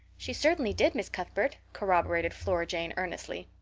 she certainly did, miss cuthbert, corroborated flora jane earnestly.